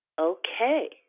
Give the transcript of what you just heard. Okay